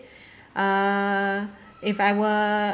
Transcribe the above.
uh if I were